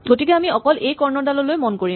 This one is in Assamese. গতিকে আমি অকল এই কৰ্ণ ডাললৈ মন কৰিম